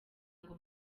ngo